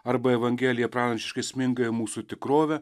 arba evangelija pranašiškai sminga į mūsų tikrovę